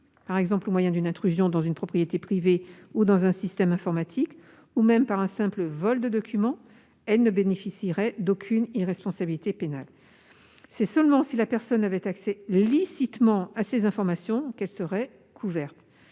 par exemple au moyen d'une intrusion dans une propriété privée ou dans un système informatique, ou par un simple vol de document, elle ne bénéficierait d'aucune irresponsabilité pénale. C'est seulement si la personne avait accès licitement à ces informations qu'elle serait couverte.